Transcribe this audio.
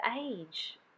age